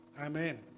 Amen